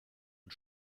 und